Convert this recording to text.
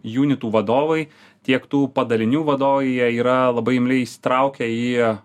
junitų vadovai tiek tų padalinių vadovai jie yra labai imliai įsitraukę į